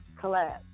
collab